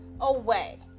away